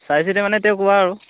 চাই চিতি মানে তেওঁ কোৱা আৰু